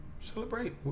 celebrate